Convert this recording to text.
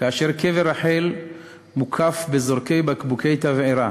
כאשר קבר רחל מוקף בזורקי בקבוקי תבערה,